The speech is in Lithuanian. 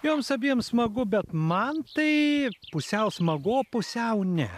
joms abiem smagu bet man tai pusiau smagu pusiau ne